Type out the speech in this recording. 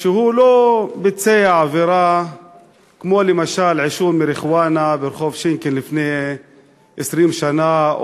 שהוא לא ביצע עבירה כמו עישון מריחואנה ברחוב שינקין לפני 20 שנה,